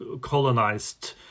colonized